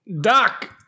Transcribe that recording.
Doc